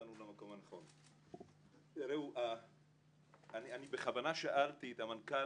לכנסת עמד עליהם ולכן אני אעמוד עליהם רק בתמצית.